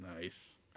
Nice